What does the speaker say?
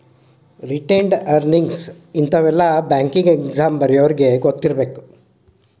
retained earnings ಇಂತಾವೆಲ್ಲ banking exam ಬರ್ಯೋರಿಗಿ ಗೊತ್ತಿರ್ಬೇಕು